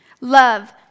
love